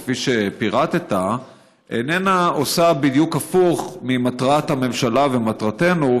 כפי שפירטת איננה עושה בדיוק הפוך ממטרת הממשלה ומטרתנו,